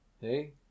hey